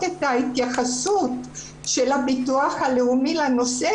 את ההתייחסות של הביטוח הלאומי לנושא,